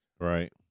right